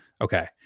Okay